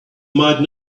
might